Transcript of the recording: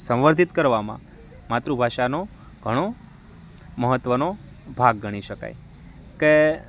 સંવર્ધિત કરવામાં માતૃભાષાનો ઘણો મહત્ત્વનો ભાગ ગણી શકાય કે